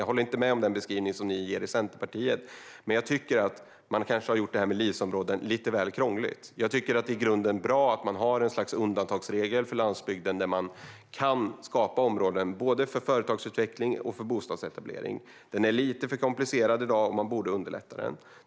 Jag håller inte med om den beskrivning ni ger i Centerpartiet, men jag tycker att LIS-områden är lite väl krångligt. I grunden är det bra med en undantagsregel för landsbygden där det går att skapa områden både för företagsutveckling och för bostadsetablering. Den är lite för komplicerad i dag, och man borde underlätta.